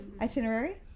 itinerary